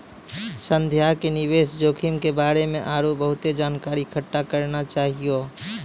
संध्या के निवेश जोखिम के बारे मे आरु बहुते जानकारी इकट्ठा करना चाहियो